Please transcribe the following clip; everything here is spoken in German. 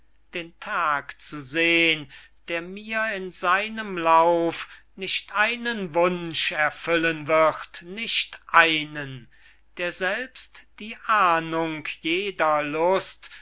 den tag zu sehn der mir in seinem lauf nicht einen wunsch erfüllen wird nicht einen der selbst die ahndung jeder lust